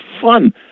fun